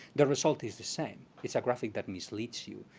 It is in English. the result is the same. it's a graphic that misleads you.